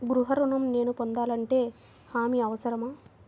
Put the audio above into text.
గృహ ఋణం నేను పొందాలంటే హామీ అవసరమా?